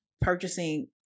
purchasing